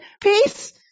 peace